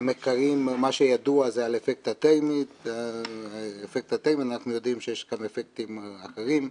-- מה שידוע זה על אפקט ה- -- אנחנו יודעים שיש גם אפקטים אחרים.